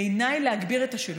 בעיניי, להגביר את השילוב.